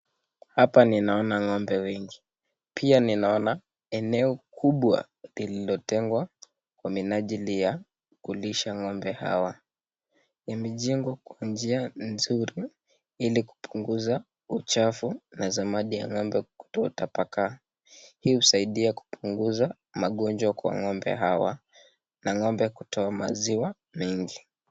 Hapa ninaona ng'ombe wengi. Pia ninaona eneo kubwa lililotengwa kwa minajili ya kulisha ng'ombe hawa. Imejengwa kwa njia nzuri ili kupunguza uchafu na samadi ya ng'ombe kutotapakaa. Hii husaidia kupunguza magonjwa kwa ngombe hawa na ng'ombe kutoa maziwa mengi.